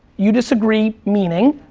you disagree, meaning?